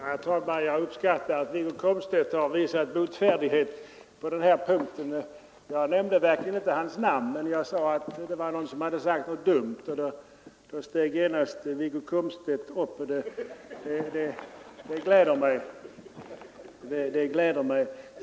Herr talman! Jag uppskattar att herr Komstedt har visat botfärdighet på den här punkten. Jag nämnde verkligen inte hans namn, men jag sade att det var någon som sagt något dumt. Då steg genast herr Komstedt upp. Det gläder mig.